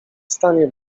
stanie